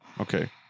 Okay